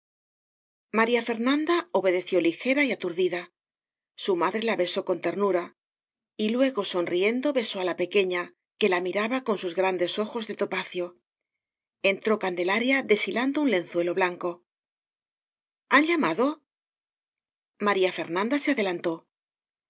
maría fernanda obedeció ligera y aturdi da su madre la besó con ternura y luego sonriendo besó á la pequeña que la miraba con sus grandes ojos de topacio entró can delaria deshilando un lenzuelo blanco han llamado maría fernanda se adelantó